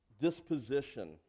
disposition